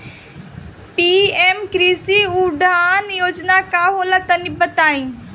PM कृषि उड़ान योजना का होला तनि बताई?